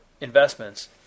investments